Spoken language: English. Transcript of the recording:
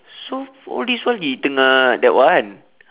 so all this while he tengah that one